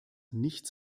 nichts